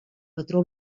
patró